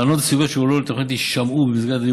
טענות וסוגיות שיועלו לתוכנית יישמעו במסגרת הדיון